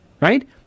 right